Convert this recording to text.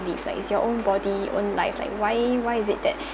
live like it's your own body own life like why why is it that